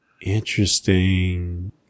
Interesting